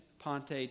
Ponte